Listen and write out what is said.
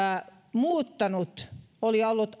muuttanut oli ollut